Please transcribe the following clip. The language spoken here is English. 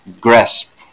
grasp